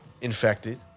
infected